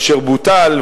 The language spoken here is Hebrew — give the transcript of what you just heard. אשר בוטל,